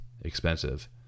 expensive